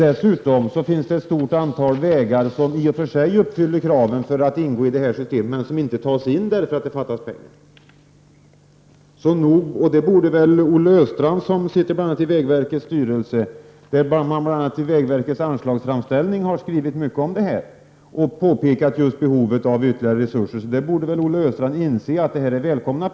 Dessutom finns det ett stort antal vägar som i och för sig uppfyller kraven för att ingå i systemet men som inte tas in därför att det fattas pengar. Det borde väl Olle Östrand inse som sitter i vägverkets styrelse — man har ju i vägverkets anslagsframställning skrivit mycket om det här och påpekat behovet av ytterligare resurser — att de här pengarna är välkomna.